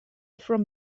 from